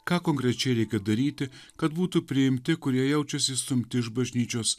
ką konkrečiai reikia daryti kad būtų priimti kurie jaučiasi išstumti iš bažnyčios